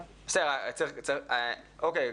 אוקיי.